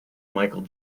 michael